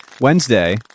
Wednesday